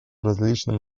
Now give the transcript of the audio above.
различным